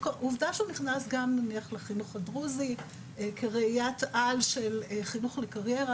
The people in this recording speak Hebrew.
עובדה שהוא נכנס גם לחינוך הדרוזי כראיית על של חינוך לקריירה,